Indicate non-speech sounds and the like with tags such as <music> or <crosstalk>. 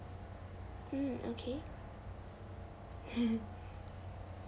mm okay <laughs>